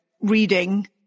reading